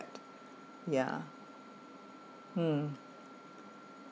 ya mm